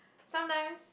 sometimes